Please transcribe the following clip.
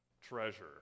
treasure